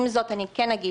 עם זאת, אגיד